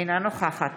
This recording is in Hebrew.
אינה נוכחת